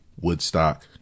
Woodstock